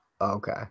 Okay